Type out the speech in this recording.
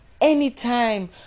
anytime